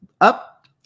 up